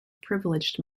privileged